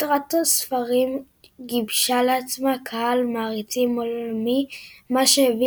סדרת הספרים גיבשה לעצמה קהל מעריצים עולמי – מה שהביא